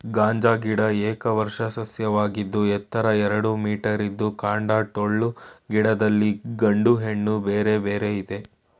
ಗಾಂಜಾ ಗಿಡ ಏಕವಾರ್ಷಿಕ ಸಸ್ಯವಾಗಿದ್ದು ಎತ್ತರ ಎರಡು ಮೀಟರಿದ್ದು ಕಾಂಡ ಟೊಳ್ಳು ಗಿಡದಲ್ಲಿ ಗಂಡು ಹೆಣ್ಣು ಬೇರೆ ಬೇರೆ ಇದೆ